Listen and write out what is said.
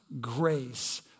grace